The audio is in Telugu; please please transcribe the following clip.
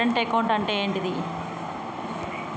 కరెంట్ అకౌంట్ అంటే ఏంటిది?